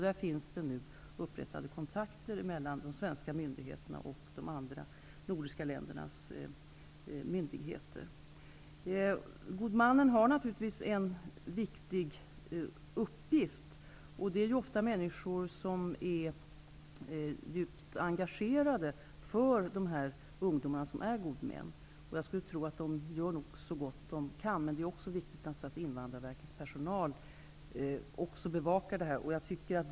Det finns nu upprättade kontakter mellan svenska och andra nordiska länders myndigheter. Godmannen har naturligtvis en viktig uppgift. Det är ofta människor som är djupt engagerade för dessa ungdomar. Jag skulle tro att de gör så gott de kan, men det är också viktigt att Invandrarverkets personal bevakar det här.